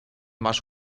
más